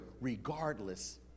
regardless